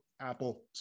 Apple